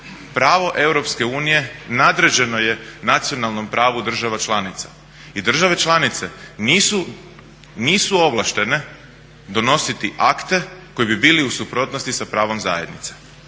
pravo EU nadređeno je nacionalnom pravu država članica i države članice nisu ovlaštene donositi akte koji bi bili u suprotnosti sa pravom zajednice.